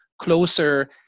closer